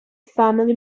family